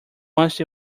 once